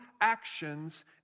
actions